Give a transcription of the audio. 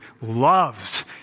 loves